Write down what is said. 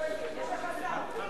יש הבדל בין תכנון ושיווק.